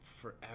forever